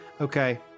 Okay